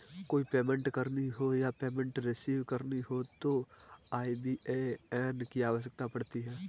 कोई पेमेंट करनी हो या पेमेंट रिसीव करनी हो तो आई.बी.ए.एन की आवश्यकता पड़ती है